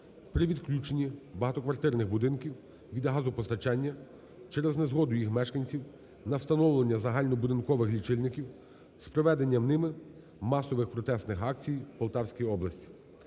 при відключенні багатоквартирних будинків від газопостачання через незгоду їх мешканців на встановлення загальнобудинкових лічильників з проведенням ними масових протестних акцій в Полтавській області.